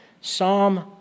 Psalm